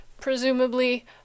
presumably